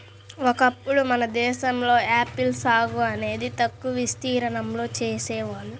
ఒకప్పుడు మన దేశంలో ఆపిల్ సాగు అనేది తక్కువ విస్తీర్ణంలో చేసేవాళ్ళు